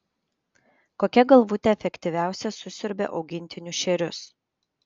kokia galvutė efektyviausia susiurbia augintinių šerius